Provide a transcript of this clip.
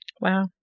Wow